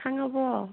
ꯈꯪꯉꯕꯣ